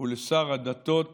ולשר הדתות